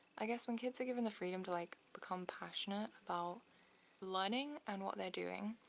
i guess when kids are given the freedom to like become passionate about learning and what they're doing,